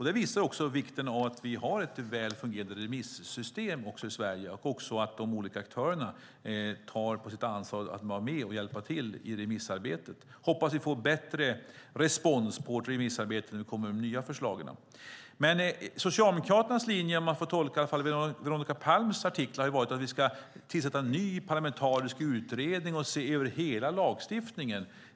Det visar på vikten av ett välfungerande remissystem och att de olika aktörerna tar sitt ansvar och är med och hjälper till i remissarbetet. Jag hoppas att vi får bättre respons på vårt remissarbete när vi kommer med de nya förslagen. Socialdemokraternas linje har varit - åtminstone om man får tolka Veronica Palms artiklar under valrörelsen - att tillsätta en ny parlamentarisk utredning och se över hela lagstiftningen.